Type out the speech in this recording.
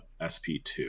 sp2